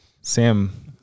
Sam